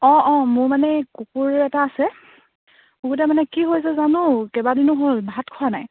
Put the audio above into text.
অঁ অঁ মোৰ মানে কুকুৰ এটা আছে কুকুৰটোৱে মানে কি হৈছে জানো কেইবাদিনো হ'ল ভাত খোৱা নাই